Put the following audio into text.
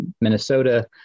Minnesota